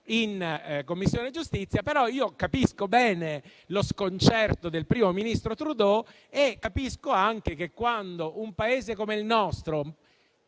in Commissione giustizia. Capisco bene lo sconcerto del primo ministro Trudeau e capisco anche che, quando un Paese come il nostro,